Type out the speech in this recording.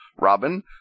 Robin